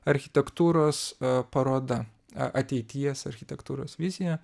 architektūros paroda a ateities architektūros vizija